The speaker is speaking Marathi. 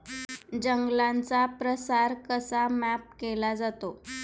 जंगलांचा प्रसार कसा मॅप केला जातो?